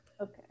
Okay